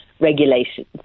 regulations